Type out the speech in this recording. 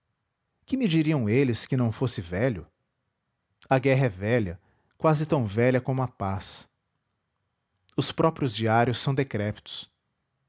que me diriam eles que não fosse velho a guerra é velha quase tão velha como a paz os próprios diários são decrépitos